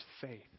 faith